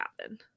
happen